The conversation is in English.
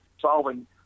solving